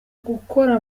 gukora